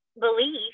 belief